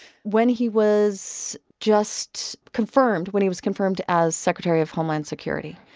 when he was just confirmed, when he was confirmed as secretary of homeland security.